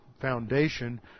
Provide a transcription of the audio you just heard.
foundation